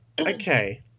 okay